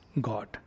God